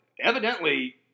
Evidently